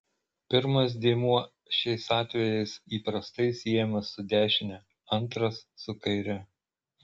pirmas dėmuo šiais atvejais įprastai siejamas su dešine antras su kaire